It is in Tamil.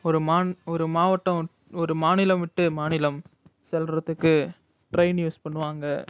ஒரு மாந் ஒரு மாவட்டம் ஒரு மாநிலம் விட்டு மாநிலம் செல்லுறதுக்கு ட்ரெயின் யூஸ் பண்ணுவாங்க